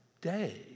day